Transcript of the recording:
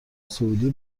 سعودی